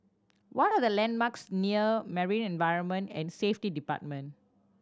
what are the landmarks near Marine Environment and Safety Department